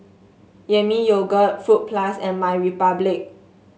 Yami Yogurt Fruit Plus and MyRepublic